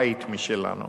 בית משלנו,